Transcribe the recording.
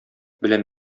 белән